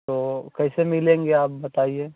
तो कैसे मिलेंगे आप बताइए